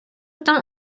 там